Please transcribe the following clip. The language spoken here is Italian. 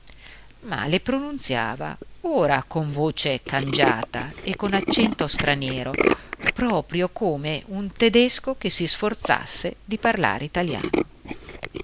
ma le pronunziava ora con voce cangiata e con accento straniero proprio come un tedesco che si sforzasse di parlare italiano